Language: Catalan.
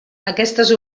aquestes